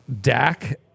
dak